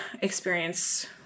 experience